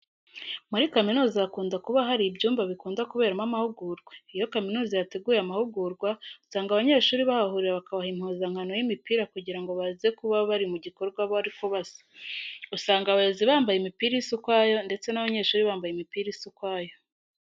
Muri kaminuza hakunda kuba hari ibyumba bikunda kuberamo amahurwa. Iyo kaminuza yateguye amahugurwa usanga abanyeshuri bahahurira bakabaha impuzankano y'imipira kugira ngo baze kuba bari mu gikorwa ariko basa. Usanga abayobozi bambaye imipira isa ukwayo ndetse n'abanyeshuri bambaye imipira isa ukwayo.